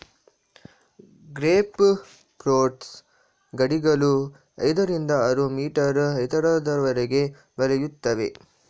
grape fruits ಗಿಡಗಳು ಐದರಿಂದ ಆರು ಮೀಟರ್ ಎತ್ತರದವರೆಗೆ ಬೆಳೆಯುತ್ತವೆ